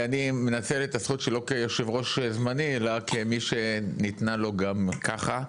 אני מנצל את הזכות שלי לא כיושב-ראש זמני אלא כמי שניתנה לו גם ככה.